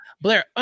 Blair